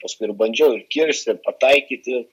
paskui ir bandžiau ir kirst ir pataikyti